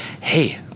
hey